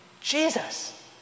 Jesus